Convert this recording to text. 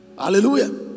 Hallelujah